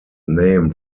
name